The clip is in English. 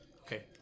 Okay